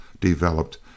developed